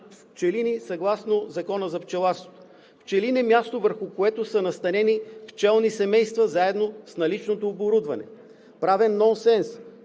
пчелини съгласно Закона за пчеларството. Пчелин е място, върху което са настанени пчелни семейства заедно с наличното оборудване – правен нонсенс.